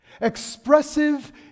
expressive